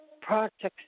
projects